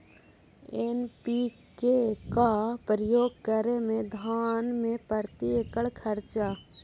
NPK का प्रयोग करे मे धान मे प्रती एकड़ खर्चा?